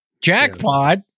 jackpot